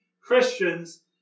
Christians